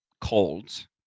colds